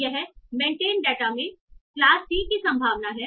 यह maintained data में class c की संभावना है